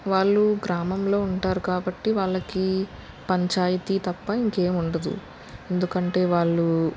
వాళ్ళు గ్రామంలో ఉంటారు కాబట్టి వాళ్ళకి పంచాయితీ తప్ప ఇంక ఏమి ఉండదు ఎందుకంటే వాళ్ళు